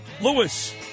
Lewis